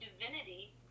divinity